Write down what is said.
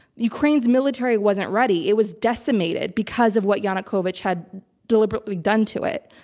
ukraine's military wasn't ready. it was decimated because of what yanukovych had deliberately done to it.